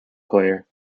player